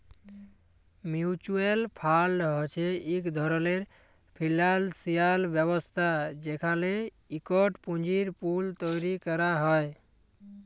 mutual fund হছে ইক ধরলের ফিল্যালসিয়াল ব্যবস্থা যেখালে ইকট পুঁজির পুল তৈরি ক্যরা হ্যয়